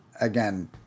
again